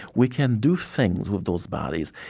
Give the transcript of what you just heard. we can do things with those bodies.